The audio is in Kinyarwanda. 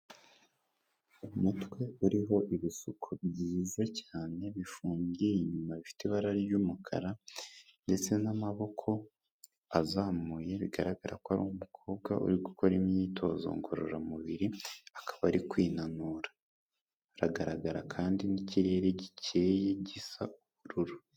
Umutwe uriho ibisuko byiza cyane bifungiye inyuma bifite ibara ry'umukara ndetse n'amaboko azamuye, bigaragara ko ari umukobwa uri gukora imyitozo ngororamubiri, akaba ari kwinanura. Haragaragara kandi n'ikirere gikeye gisa ubururu.